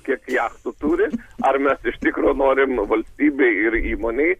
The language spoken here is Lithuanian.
kiek jachtų turi ar mes iš tikro norim valstybei ir įmonei